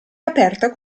aperta